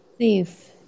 safe